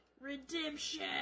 Redemption